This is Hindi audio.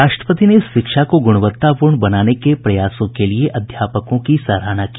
राष्ट्रपति ने शिक्षा को गुणवत्तापूर्ण बनाने के प्रयासों के लिए अध्यापकों की सराहना की